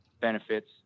benefits